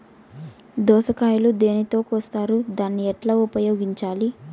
దోస కాయలు దేనితో కోస్తారు దాన్ని ఎట్లా ఉపయోగించాలి?